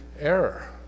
error